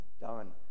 done